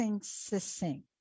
succinct